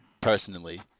personally